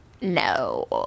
No